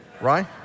right